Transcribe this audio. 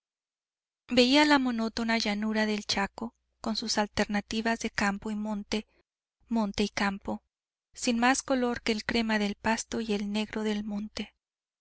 veía la monótona llanura del chaco con sus alternativas de campo y monte monte y campo sin más color que el crema del pasto y el negro del monte